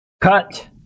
cut